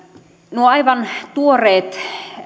nuo aivan tuoreet